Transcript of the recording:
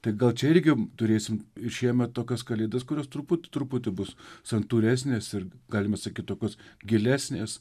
tai gal čia irgi turėsim ir šiemet tokias kalėdas kurios truputį truputį bus santūresnės ir galima sakyt tokius gilesnės